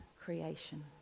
creation